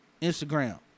Instagram